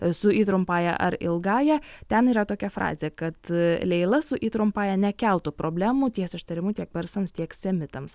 su i trumpąja ar ilgąja ten yra tokia frazė kad leila su i trumpąja nekeltų problemų tiek su ištarimu tiek persams tiek semitams